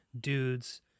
dude's